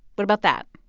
what about that?